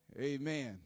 Amen